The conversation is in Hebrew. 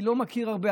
אני לא מכיר הרבה.